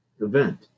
event